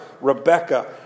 Rebecca